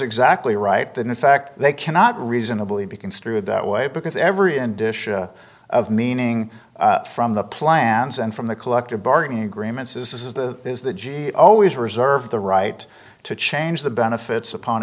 exactly right that in fact they cannot reasonably be construed that way because every and disha of meaning from the plans and from the collective bargaining agreements is the is the g always reserve the right to change the benefits upon